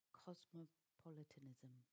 cosmopolitanism